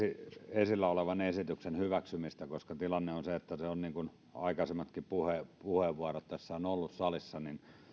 esillä olevan esityksen hyväksymistä koska tilanne on se että se niin kuin aikaisemmatkin puheenvuorot ovat olleet salissa